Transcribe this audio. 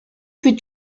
fut